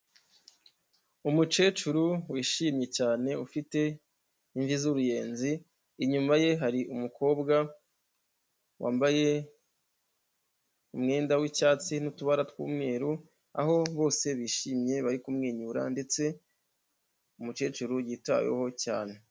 Umukecuru wishimye cyane ufite imvi z'uruyenzi, inyuma ye hari umukobwa wambaye umwenda wicyatsi n'utubara twumweru, aho bose bishimye bari kumwenyura ndetse umukecuru yitaweho cyane.